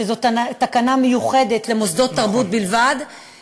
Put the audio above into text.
שזאת תקנה מיוחדת למוסדות תרבות בלבד נכון.